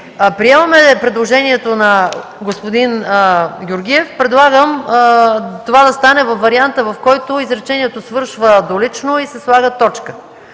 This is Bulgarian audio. приемаме предложението на господин Георгиев, предлагам това да стане във варианта, в който изречението завършва до „лично” и се слага точка.